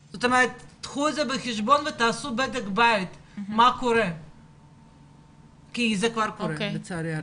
קחו את זה בחשבון ותעשו בדק בית כי לצערי הרב זה כבר קורה.